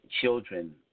children